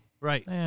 Right